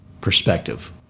perspective